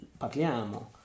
parliamo